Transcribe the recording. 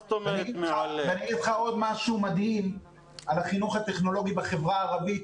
אני אגיד לך עוד משהו מדהים על החינוך הטכנולוגי בחברה הערבית,